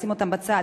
לשים אותם בצד,